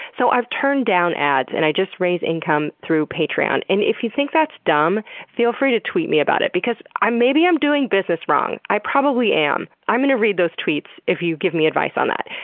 so, i've turned down ads and i just raise income through patreon, and if you think that's dumb feel free to tweet me about it, because maybe i'm doing business wrong, i probably am. i'm gonna read those tweets if you give me advice on that,